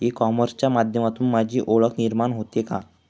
E कॉमर्सच्या माध्यमातून माझी ओळख निर्माण होते का?